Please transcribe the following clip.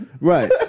Right